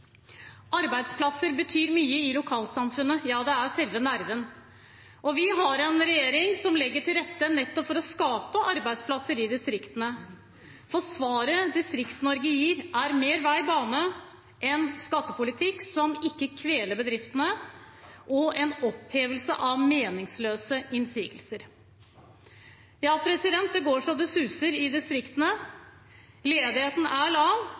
Arbeidsplasser betyr mye i lokalsamfunnet – ja, det er selve nerven. Vi har en regjering som legger til rette nettopp for å skape arbeidsplasser i distriktene, for svaret Distrikts-Norge gir, er mer vei og bane, en skattepolitikk som ikke kveler bedriftene, og en opphevelse av meningsløse innsigelser. Ja, det går så det suser i distriktene. Ledigheten er lav,